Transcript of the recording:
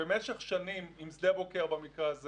במשך שנים עם שדה בוקר במקרה הזה